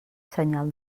senyal